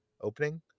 opening